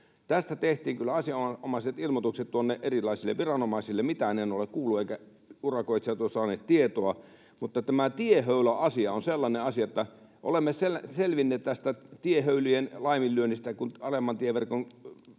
Tästä tehtiin kyllä asianomaiset ilmoitukset erilaisille viranomaisille — mitään en ole kuullut, eivätkä urakoitsijat ole saaneet tietoa. Mutta tämä tiehöyläasia on sellainen asia, että olemme selvinneet tästä tiehöylien laiminlyönnistä, kun alemman tieverkon